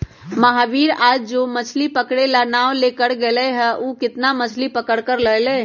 महावीर आज जो मछ्ली पकड़े ला नाव लेकर गय लय हल ऊ कितना मछ्ली पकड़ कर लल कय?